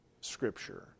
Scripture